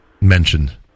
mentioned